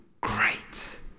great